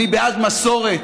אני בעד מסורת.